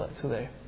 today